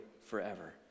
forever